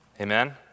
Amen